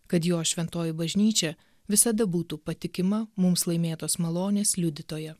kad jo šventoji bažnyčia visada būtų patikima mums laimėtos malonės liudytoja